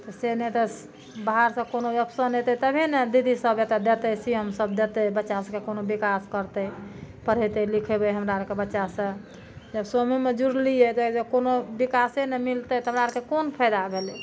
तऽ से नहि तऽ बाहर से कोनो एक्शन अयतै तबहे ने दीदी सब एतऽ देतै सी एम सब देतै बच्चा सबके कोनो विकास करतै पढ़ेतै लिखेबै हमरा आरके बच्चा सऽ तऽ सोमू मे जुड़लियै जे एहिजा कोनो विकासे नहि मिलतै तऽ हमरा आरके कोन फैदा भेलै